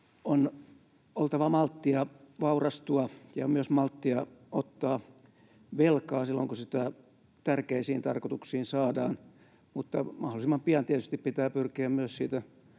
On oltava malttia vaurastua ja myös malttia ottaa velkaa silloin, kun sitä tärkeisiin tarkoituksiin saadaan, mutta mahdollisimman pian tietysti pitää pyrkiä myös siitä